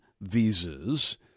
visas